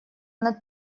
над